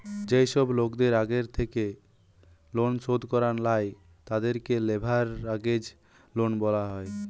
যেই সব লোকদের আগের থেকেই লোন শোধ করা লাই, তাদেরকে লেভেরাগেজ লোন বলা হয়